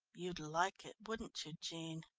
you'd like it, wouldn't you, jean?